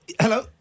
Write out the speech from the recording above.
Hello